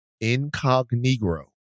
incognito